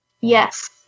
yes